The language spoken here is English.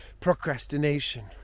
Procrastination